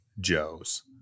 Joe's